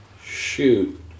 shoot